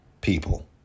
...people